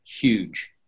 huge